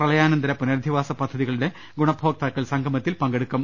പ്രളയാനന്തര പുനരധി വാസ പദ്ധതികളുടെ ഗുണഭോക്താക്കൾ സംഗമത്തിൽ പങ്കെടുക്കും